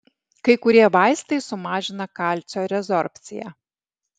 kai kurie vaistai sumažina kalcio rezorbciją